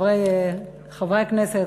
חברי הכנסת,